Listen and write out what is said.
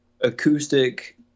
acoustic